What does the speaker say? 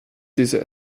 diese